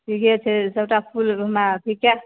ठीक छै सभटा फूल हमरा बीका